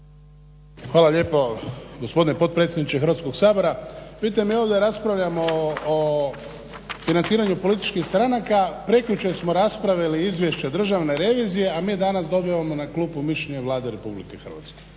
Hvala lijepo gospodine potpredsjedniče Hrvatskog sabora. Vidite mi ovdje raspravljamo o financiranju političkih stranaka, prekjučer smo raspravili izvješće Državne revizije, a mi danas dobivamo na klupu mišljenje Vlade Republike Hrvatske.